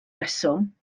reswm